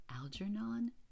Algernon